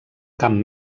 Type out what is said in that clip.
camp